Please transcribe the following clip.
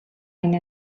энэ